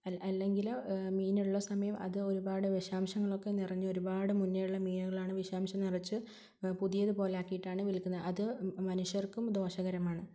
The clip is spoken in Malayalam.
അല്ലെങ്കില് മീനുള്ള സമയം അത് ഒരുപാട് വിഷാംശങ്ങളൊക്കെ നിറഞ്ഞൊരുപാട് മുന്നേയുള്ള മീനുകളാണ് വിഷാംശം നിറച്ച് പുതിയത് പോലെയാക്കിയിട്ടാണ് വിൽക്കുന്നത് അത് മനുഷ്യർക്കും ദോഷകരമാണ്